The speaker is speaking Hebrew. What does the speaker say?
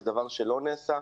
זה דבר שלא נעשה.